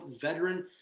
veteran